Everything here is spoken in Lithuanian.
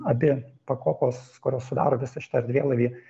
abi pakopos kurios sudaro visą šitą erdvėlaivį